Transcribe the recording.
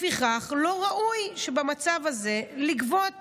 לפיכך, במצב הזה לא ראוי לגבות